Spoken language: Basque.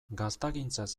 gaztagintzaz